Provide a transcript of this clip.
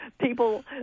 people